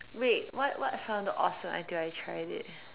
wait what what I sounded awesome until I tried it